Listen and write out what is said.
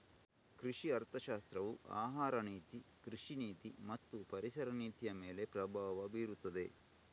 ಕೃಷಿ ಅರ್ಥಶಾಸ್ತ್ರವು ಆಹಾರ ನೀತಿ, ಕೃಷಿ ನೀತಿ ಮತ್ತು ಪರಿಸರ ನೀತಿಯಮೇಲೆ ಪ್ರಭಾವ ಬೀರುತ್ತದೆ